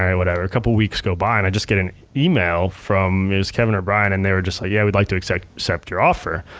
whatever. a couple weeks go by and i just get an email from, it was kevin or bryan, and they're just like, yeah, we'd like to accept accept your offer.